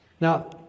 Now